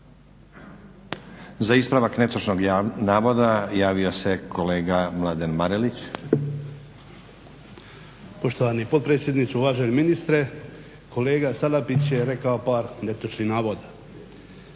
Za ispravak netočnog navoda javio se kolega Mladen Marelić. **Marelić, Mladen (SDP)** Poštovani potpredsjedniče, uvaženi ministre. Kolega Salapić je rekao par netočnih navoda.